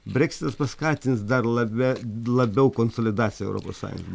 breksitas paskatins dar labia labiau konsolidaciją europos sąjung